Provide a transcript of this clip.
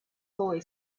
boy